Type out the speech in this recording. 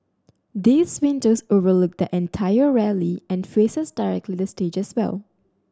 these windows overlook the entire rally and faces directly the stage as well